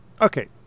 okay